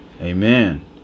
Amen